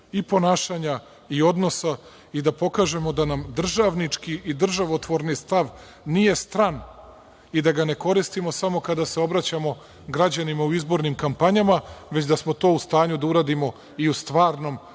i ponašanja i odnosa, i da pokažemo da nam državnički i državotvorni stav nije stran i da ga ne koristimo samo kada se obraćamo građanima u izbornim kampanjama, već da smo to u stanju da uradimo i u stvarnom,